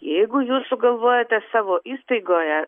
jeigu jūs sugalvojote savo įstaigoje